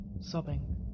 sobbing